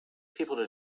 people